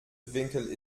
winkel